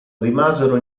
rimasero